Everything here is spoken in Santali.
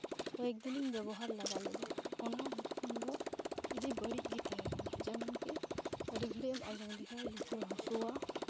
ᱠᱚᱭᱮᱠ ᱫᱤᱱ ᱤᱧ ᱵᱮᱵᱚᱦᱟᱨ ᱞᱟᱜᱟ ᱞᱮᱫᱟ ᱚᱱᱟ ᱦᱮᱰᱯᱷᱳᱱ ᱫᱚ ᱟᱹᱰᱤ ᱵᱟᱹᱲᱤᱡ ᱜᱮ ᱛᱟᱦᱮᱸ ᱠᱟᱱᱟ ᱡᱮᱢᱚᱱᱠᱤ ᱟᱹᱰᱤ ᱜᱷᱟᱹᱲᱤᱡ ᱮᱢ ᱟᱡᱚᱢ ᱞᱮᱠᱷᱟᱡ ᱮᱢ ᱞᱩᱛᱩᱨ ᱦᱟᱹᱥᱩᱼᱟ